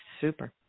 super